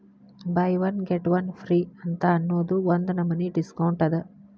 by one get one free ಅಂತ್ ಅನ್ನೂದು ಒಂದ್ ನಮನಿ ಡಿಸ್ಕೌಂಟ್ ಅದ